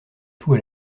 tout